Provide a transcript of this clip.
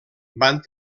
van